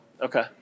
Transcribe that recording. Okay